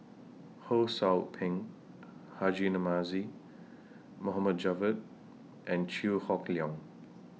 Ho SOU Ping Haji Namazie Mohd Javad and Chew Hock Leong